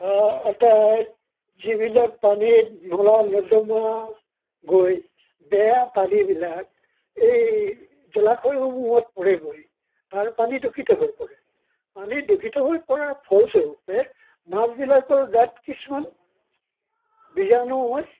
অৰ্থাৎ যিবিলাক পানীত নলা নৰ্দমা গৈ বেয়া পানীবিলাক এই জলাশয়সমূহত পৰেগৈ তাৰ পানী দূষিত হৈ পৰে পানী দূষিত হৈ পৰাৰ ফলস্বৰূপে মাছবিলাকৰ গাত কিছুমান বীজাণু হয়